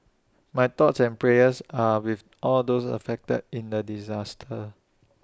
my thoughts and prayers are with all those affected in the disaster